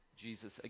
Jesus